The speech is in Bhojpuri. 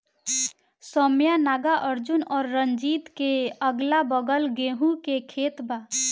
सौम्या नागार्जुन और रंजीत के अगलाबगल गेंहू के खेत बा